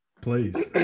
Please